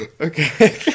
Okay